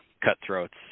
cutthroats